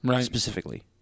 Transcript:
specifically